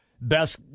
best